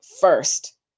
first